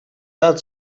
that